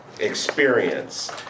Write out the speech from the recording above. experience